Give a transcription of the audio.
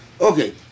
Okay